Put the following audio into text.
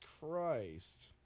Christ